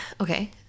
okay